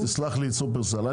תסלח לי שופרסל.